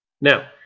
Now